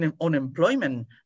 unemployment